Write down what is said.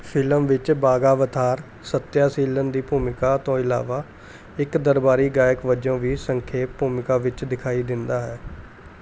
film ਵਿੱਚ ਬਾਗਾਵਥਾਰ ਸੱਤਿਆਸੀਲਨ ਦੀ ਭੂਮਿਕਾ ਤੋਂ ਇਲਾਵਾ ਇੱਕ ਦਰਬਾਰੀ ਗਾਇਕ ਵਜੋਂ ਵੀ ਸੰਖੇਪ ਭੂਮਿਕਾ ਵਿੱਚ ਦਿਖਾਈ ਦਿੰਦਾ ਹੈ